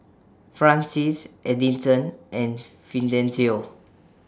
Francies Edison and Fidencio